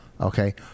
Okay